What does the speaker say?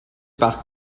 par